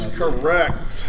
correct